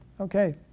Okay